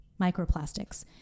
microplastics